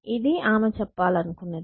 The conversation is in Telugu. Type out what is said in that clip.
ఇది ఆమె చెప్పాలనుకున్నది